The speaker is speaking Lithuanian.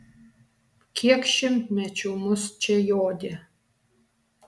kiek šimtmečių mus čia jodė